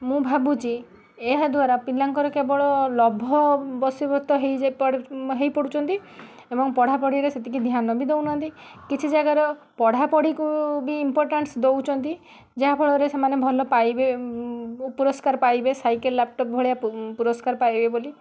ମୁଁ ଭାବୁଛି ଏହାଦ୍ଵାରା ପିଲାଙ୍କର କେବଳ ଲୋଭ ବଶୀଭୂତ ହେଇଯାଇ ପଡୁ ହେଇ ପଡୁଛନ୍ତି ଏବଂ ପଢ଼ାପଢ଼ିରେ ସେତିକି ଧ୍ୟାନ ବି ଦେଉ ନାହାନ୍ତି କିଛି ଜାଗାର ପଢ଼ାପଢ଼ି କୁ ବି ଇମ୍ପୋର୍ଟାନ୍ସ ଦେଉଛନ୍ତି ଯାହାଫଳରେ ସେମାନେ ଭଲ ପାଇବେ ପୁରସ୍କାର ପାଇବେ ସାଇକେଲ୍ ଲାପ୍ଟପ୍ ଭଳିଆ ପୁରସ୍କାର ପାଇବେ ବୋଲି